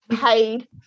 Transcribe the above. paid